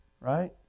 Right